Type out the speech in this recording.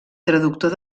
traductor